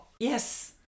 Yes